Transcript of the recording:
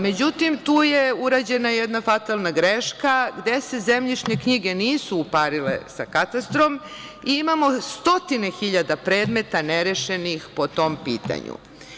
Međutim, tu je urađena jedna fatalna greška, gde se zemljišne knjige nisu uparile sa ka Katastrom i imamo stotine hiljada predmeta nerešenih po tom pitanju.